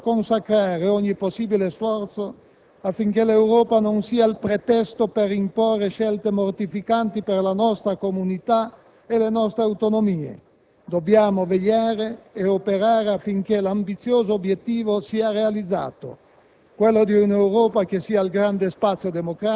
Come Parlamento e come Governo dobbiamo consacrare ogni possibile sforzo affinché l'Europa non sia il pretesto per imporre scelte mortificanti per la nostra comunità e le nostre autonomie. Dobbiamo vegliare e operare affinché l'ambizioso obiettivo sia realizzato: